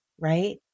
right